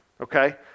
Okay